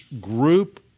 group